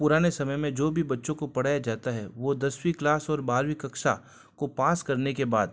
पुराने समय में जो भी बच्चों को पढ़ाया जाता है वह दसवीं क्लास और बारवीं कक्षा को पास करने के बाद